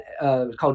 called